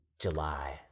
july